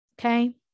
okay